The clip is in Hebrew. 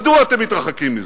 מדוע אתם מתרחקים מזה?